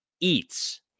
eats